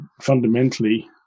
fundamentally